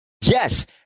Yes